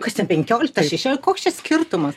kas ten penkioliktą šešioliktą koks čia skirtumas